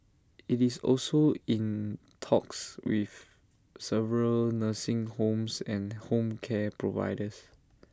IT is also in talks with several nursing homes and home care providers